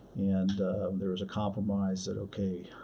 and there was a compromise, said, okay.